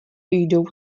jdou